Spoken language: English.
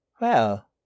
Well